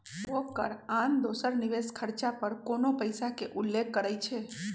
उपभोग कर आन दोसर निवेश खरचा पर कोनो पइसा के उल्लेख करइ छै